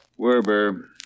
Werber